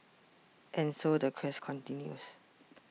and so the quest continues